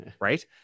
Right